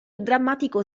drammatico